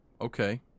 okay